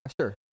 Sure